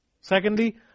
secondly